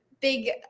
big